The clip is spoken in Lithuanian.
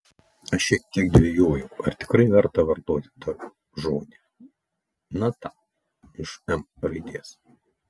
aš šiek tiek dvejojau ar tikrai verta vartoti tą žodį na tą iš m raidės